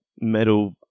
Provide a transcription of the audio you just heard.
metal